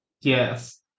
Yes